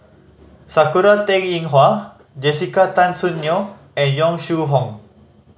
Sakura Teng Ying Hua Jessica Tan Soon Neo and Yong Shu Hoong